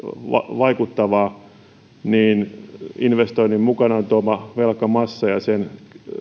vaikuttavaa investoinnin mukanaan tuoma velkamassa ja sen